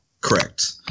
Correct